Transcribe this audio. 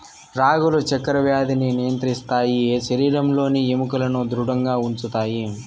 రాగులు చక్కర వ్యాధిని నియంత్రిస్తాయి శరీరంలోని ఎముకలను ధృడంగా ఉంచుతాయి